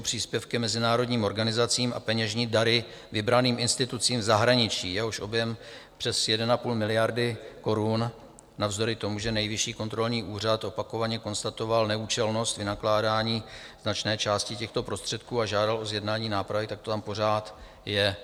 Příspěvky mezinárodním organizacím a peněžní dary vybraným institucím v zahraničí, jejíž objem přes 1,5 miliardy korun navzdory tomu, že Nejvyšší kontrolní úřad opakovaně konstatoval neúčelnost vynakládání značné části těchto prostředků a žádal o zjednání nápravy, tak to tam pořád je.